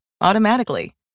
automatically